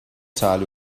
tal